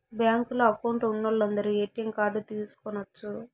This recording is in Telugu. బ్యాంకులో అకౌంట్ ఉన్నోలందరు ఏ.టీ.యం కార్డ్ తీసుకొనచ్చు